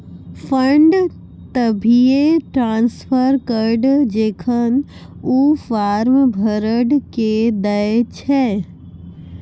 fund तभिये transfer करऽ जेखन ऊ फॉर्म भरऽ के दै छै